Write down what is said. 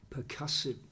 percussive